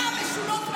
בכנסת יש אמון.